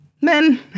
men